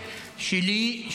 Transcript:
שלי,